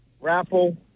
raffle